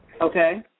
Okay